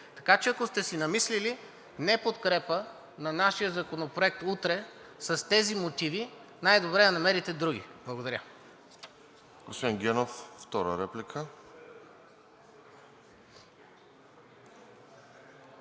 Така че, ако сте си намислили неподкрепа на нашия законопроект утре с тези мотиви, най-добре да намерите други. Благодаря.